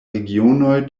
regionoj